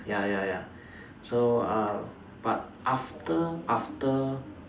ya ya ya so uh but after after